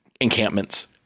encampments